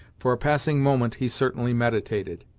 for a passing moment, he certainly meditated.